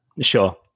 sure